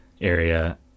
area